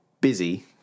busy